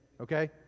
Okay